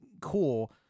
cool